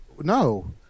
No